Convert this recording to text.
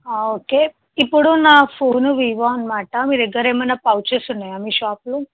okay ఇప్పుడు నా phone Vivo అన్నమాట మీ దగ్గర ఏమైనా పౌచెస్ ఉన్నాయా మీ షాప్లో